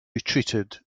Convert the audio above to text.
retreated